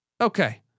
okay